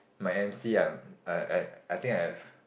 my M_C um I I I think I have